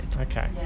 Okay